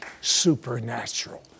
supernatural